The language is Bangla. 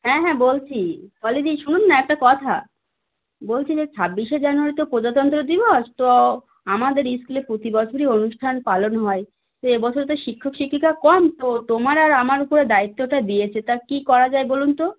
হ্যাঁ হ্যাঁ বলছি পলাদি শুনুন না একটা কথা বলছি যে ছাব্বিশে জানুয়ারি তো প্রজাতন্ত্র দিবস তো আমাদের স্কুলে প্রতি বছরই অনুষ্ঠান পালন হয় তো এবছর তো শিক্ষক শিক্ষিকা কম তো তোমার আর আমার উপরে দায়িত্বটা দিয়েছে তা কী করা যায় বলুন তো